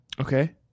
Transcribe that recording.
Okay